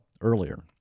earlier